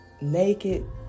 naked